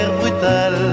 brutal